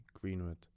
Greenwood